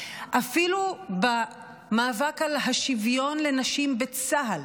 אפילו במאבק על השוויון לנשים בצה"ל,